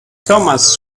thomas